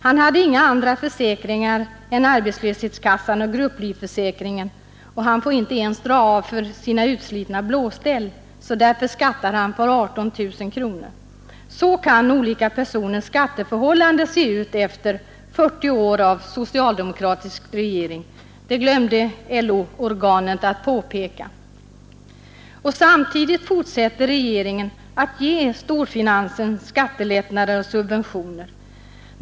Han hade inga andra försäkringar än arbetslöshetskassan och grupplivförsäkringen och han fick inte ens dra av för sina utslitna blåställ. Därför skattade han för 18 000 kronor. Så kan olika personers skatteförhållanden se ut efter 40 år med socialdemokratisk regering. Det glömde LO-organet att påpeka. Samtidigt fortsätter regeringen att ge storfinansen skattelättnader och subventioner.